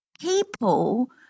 People